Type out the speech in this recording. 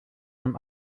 zum